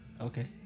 Okay